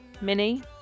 mini